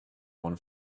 one